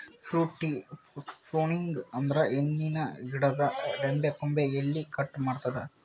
fruit tree pruning ಅಂದ್ರ ಹಣ್ಣಿನ್ ಗಿಡದ್ ರೆಂಬೆ ಕೊಂಬೆ ಎಲಿ ಕಟ್ ಮಾಡದ್ದ್